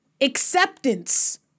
Acceptance